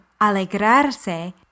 alegrarse